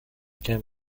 can